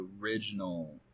original